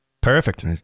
perfect